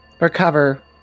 recover